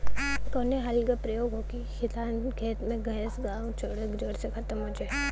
कवने हल क प्रयोग हो कि खेत से घास जड़ से खतम हो जाए?